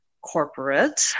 corporate